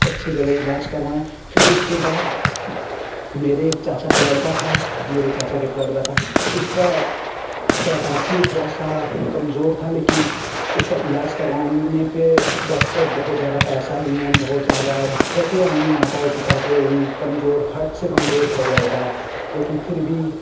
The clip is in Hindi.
अच्छी जगह इलाज़ करवाएँ फिर उसके बाद मेरे एक चाचा का लड़का था मेरे एक चाचा का लड़का था उसका पैदाइशी थोड़ा सा कमज़ोर था लेकिन उसका इलाज़ करवाने पर डॉक्टर बहुत ज़्यादा पैसा लिए हैं बहुत ज़्यादा दिक्कतें आईं माता और पिता को कमज़ोर हार्ट से कमज़ोर था वह लड़का लेकिन फिर भी